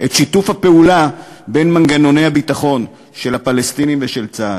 את שיתוף הפעולה בין מנגנוני הביטחון של הפלסטינים ושל צה"ל.